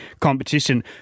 competition